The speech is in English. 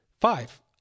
Five